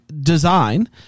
Design